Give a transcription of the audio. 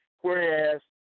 whereas